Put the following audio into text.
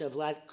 Vlad